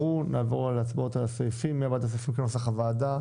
הצבעה לא